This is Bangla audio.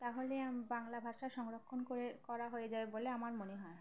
তাহলে বাংলা ভাষা সংরক্ষণ করে করা হয়ে যাবে বলে আমার মনে হয়